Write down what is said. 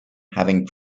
having